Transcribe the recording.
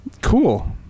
Cool